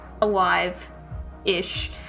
alive-ish